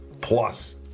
plus